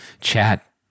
chat